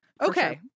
okay